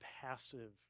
passive